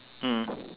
mm